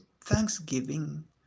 thanksgiving